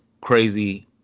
crazy